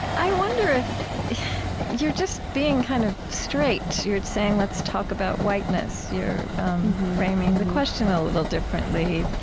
i wonder if you're just being kind of straight. you're saying, let's talk about whiteness. you're framing the question a little differently.